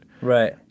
right